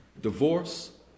divorce